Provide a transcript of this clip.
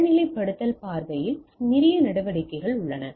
தரநிலைப்படுத்தல் பார்வையில் நிறைய நடவடிக்கைகள் உள்ளன